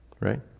Right